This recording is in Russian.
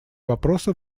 вопросы